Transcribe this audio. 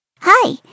Hi